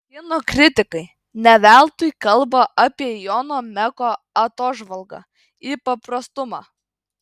kino kritikai ne veltui kalba apie jono meko atožvalgą į paprastumą